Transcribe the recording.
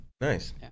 Nice